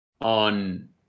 on